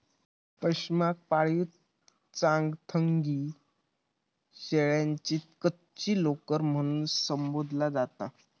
पशमाक पाळीव चांगथंगी शेळ्यांची कच्ची लोकर म्हणून संबोधला जाता